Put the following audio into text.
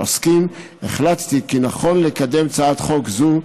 עוסקים החלטתי כי נכון לקדם הצעת חוק זו.